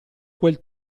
quel